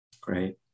Great